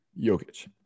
Jokic